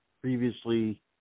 Previously